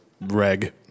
Reg